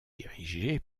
dirigée